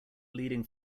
leading